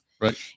Right